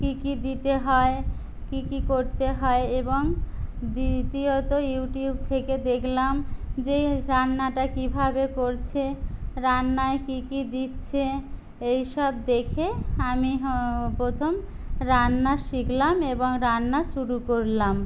কী কী দিতে হয় কী কী করতে হয় এবং দ্বিতীয়ত ইউটিউব থেকে দেখলাম যে রান্নাটা কীভাবে করছে রান্নায় কী কী দিচ্ছে এই সব দেখে আমি প্রথম রান্না শিখলাম এবং রান্না শুরু করলাম